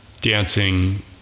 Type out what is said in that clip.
dancing